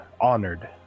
honored